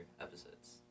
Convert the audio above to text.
episodes